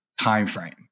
timeframe